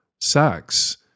sex